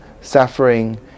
suffering